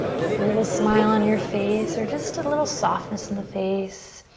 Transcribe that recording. keep a little smile on your face or just a little softness in the face.